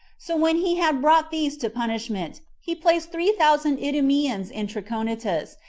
so when he had brought these to punishment, he placed three thousand idumeans in trachonitis,